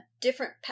different